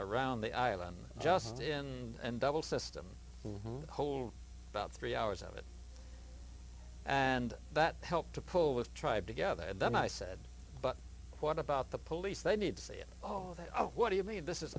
around the island just in and double system whole about three hours of it and that helped to pull with tribe together and then i said but what about the police they need to see it oh oh what do you mean this is